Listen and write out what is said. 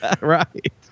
Right